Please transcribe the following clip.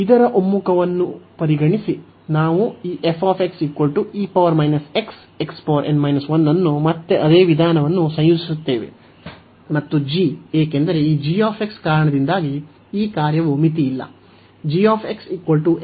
ಇದರ ಒಮ್ಮುಖವನ್ನು ಪರಿಗಣಿಸಿ ನಾವು ಈ ಅನ್ನು ಮತ್ತೆ ಅದೇ ವಿಧಾನವನ್ನು ಸಂಯೋಜಿಸುತ್ತೇವೆ ಮತ್ತು g ಏಕೆಂದರೆ ಈ g ಕಾರಣದಿಂದಾಗಿ ಈ ಕಾರ್ಯವು ಮಿತಿಯಿಲ್ಲ